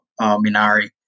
Minari